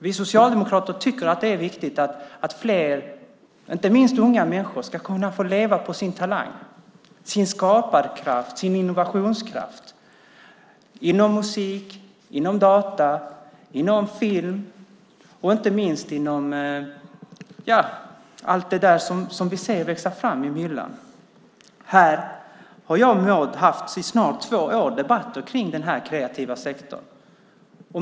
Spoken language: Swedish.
Vi socialdemokrater tycker att det är viktigt att fler, inte minst unga, ska kunna få leva på sin talang, sin skaparkraft och innovationskraft inom musik, data, film och allt det som vi ser växa fram i myllan. Här har jag och Maud haft debatter i snart två år om den kreativa sektorn.